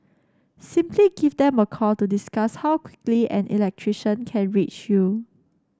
simply give them a call to discuss how quickly an electrician can reach you